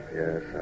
yes